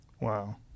Wow